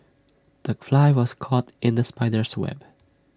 the fly was caught in the spider's web